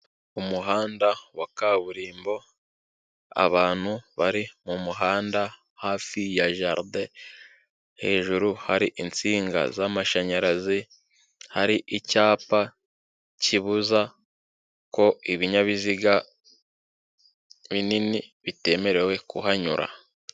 Umuhanda wa kaburimbo abantu bari mu muhanda hafi ya jaride hejuru hari insinga z'amashanyarazi, hari icyapa kibuza ko ibinyabiziga binini bitemerewe kuhanyura.